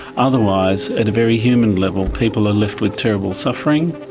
otherwise at a very human level people are left with terrible suffering.